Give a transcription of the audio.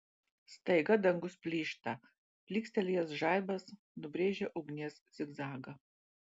staiga dangus plyšta plykstelėjęs žaibas nubrėžia ugnies zigzagą